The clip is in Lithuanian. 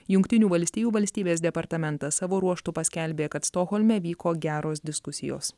jungtinių valstijų valstybės departamentas savo ruožtu paskelbė kad stokholme vyko geros diskusijos